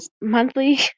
monthly